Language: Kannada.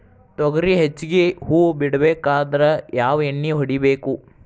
ತೊಗರಿ ಹೆಚ್ಚಿಗಿ ಹೂವ ಬಿಡಬೇಕಾದ್ರ ಯಾವ ಎಣ್ಣಿ ಹೊಡಿಬೇಕು?